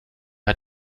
hat